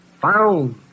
found